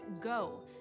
go